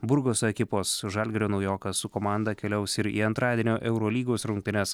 burgoso ekipos žalgirio naujokas su komanda keliaus ir į antradienio eurolygos rungtynes